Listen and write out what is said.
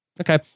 okay